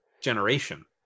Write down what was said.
generation